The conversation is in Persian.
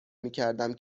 میکردم